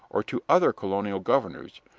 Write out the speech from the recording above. or to other colonial governors,